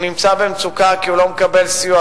הוא נמצא במצוקה כי הוא לא מקבל סיוע,